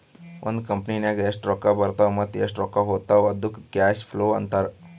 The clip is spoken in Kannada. ಒಂದ್ ಕಂಪನಿನಾಗ್ ಎಷ್ಟ್ ರೊಕ್ಕಾ ಬರ್ತಾವ್ ಮತ್ತ ಎಷ್ಟ್ ರೊಕ್ಕಾ ಹೊತ್ತಾವ್ ಅದ್ದುಕ್ ಕ್ಯಾಶ್ ಫ್ಲೋ ಅಂತಾರ್